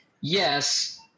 yes